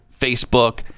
Facebook